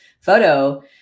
photo